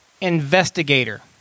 investigator